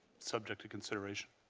subject to consideration.